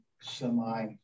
semi